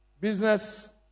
business